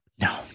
No